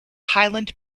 highland